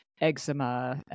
eczema